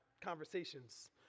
conversations